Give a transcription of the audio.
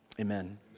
Amen